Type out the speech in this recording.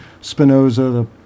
spinoza